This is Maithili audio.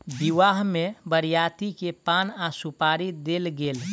विवाह में बरियाती के पान आ सुपारी देल गेल